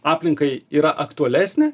aplinkai yra aktualesnė